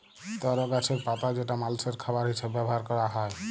তর গাছের পাতা যেটা মালষের খাবার হিসেবে ব্যবহার ক্যরা হ্যয়